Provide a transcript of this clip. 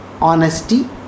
honesty